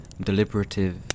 deliberative